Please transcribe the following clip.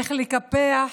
איך לקפח,